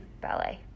ballet